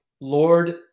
Lord